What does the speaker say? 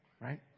right